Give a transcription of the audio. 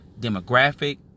demographic